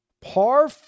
par